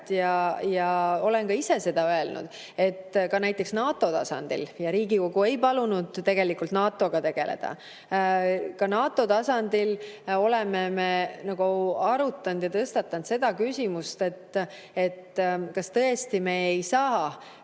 Olen ka ise seda öelnud, näiteks NATO tasandil. Riigikogu ei palunud tegelikult NATO‑ga tegeleda. Ka NATO tasandil oleme me arutanud ja tõstatanud seda küsimust, kas tõesti me ei saa